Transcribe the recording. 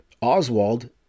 Oswald